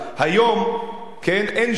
היום אין שום